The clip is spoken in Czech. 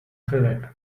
filip